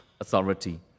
authority